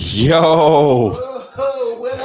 Yo